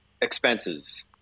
expenses